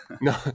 no